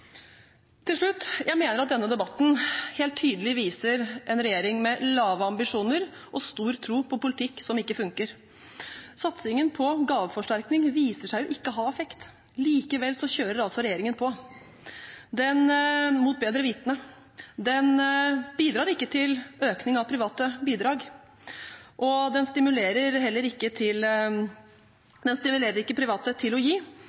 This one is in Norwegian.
Til slutt: Jeg mener at denne debatten helt tydelig viser en regjering med lave ambisjoner og stor tro på politikk som ikke funker. Satsingen på gaveforsterkning viser seg å ikke ha effekt. Likevel kjører altså regjeringen på mot bedre vitende. Den bidrar ikke til økning av private bidrag. Den stimulerer heller ikke private til